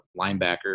linebacker